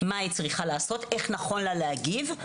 מה היא צריכה לעשות ואיך נכון לה להגיב.